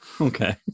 Okay